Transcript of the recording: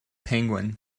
penguin